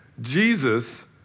Jesus